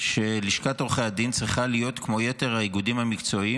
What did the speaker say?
שלשכת עורכי הדין צריכה להיות כמו יתר האיגודים המקצועיים,